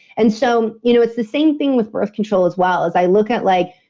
and so, you know it's the same thing with birth control as well as i look at like,